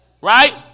right